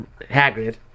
Hagrid